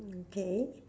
okay